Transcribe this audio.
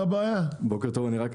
כבוד יושב הראש,